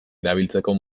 erabiltzeko